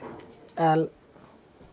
आयल